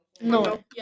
No